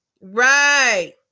Right